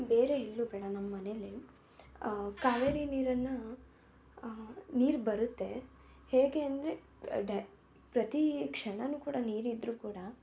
ಬೇರೆ ಎಲ್ಲೂ ಬೇಡ ನಮ್ಮ ಮನೆಯಲ್ಲೆ ಕಾವೇರಿ ನೀರನ್ನು ನೀರು ಬರುತ್ತೆ ಹೇಗೆ ಅಂದರೆ ಡ್ಯ ಪ್ರತೀ ಕ್ಷಣವೂ ಕೂಡ ನೀರಿದ್ದರೂ ಕೂಡ